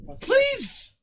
Please